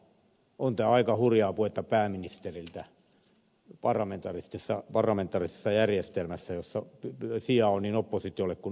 on tämä aika hurjaa puhetta pääministeriltä parlamentaarisessa järjestelmässä jossa sijaa on niin oppositiolle kuin hallituksellekin